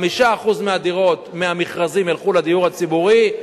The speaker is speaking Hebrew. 5% מהמכרזים ילכו לדיור הציבורי,